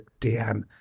DM